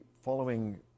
following